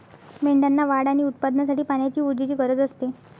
मेंढ्यांना वाढ आणि उत्पादनासाठी पाण्याची ऊर्जेची गरज असते